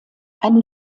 eine